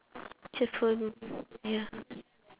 cheerful ya